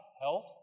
health